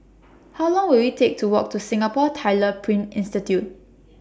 How Long Will IT Take to Walk to Singapore Tyler Print Institute